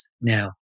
now